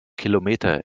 kilometer